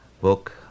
book